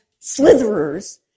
slitherers